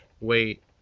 Wait